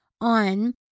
on